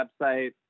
website